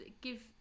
give